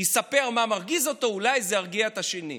יספר מה מרגיז אותו, אולי זה ירגיע את השני.